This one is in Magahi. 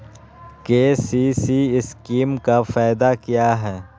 के.सी.सी स्कीम का फायदा क्या है?